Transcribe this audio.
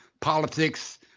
politics